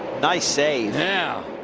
nice save. yeah.